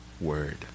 word